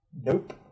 nope